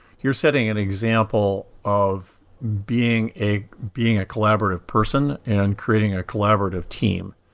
you're setting an example of being a being a collaborative person and creating a collaborative team.